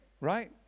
right